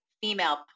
female